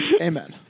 Amen